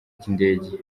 cy’indege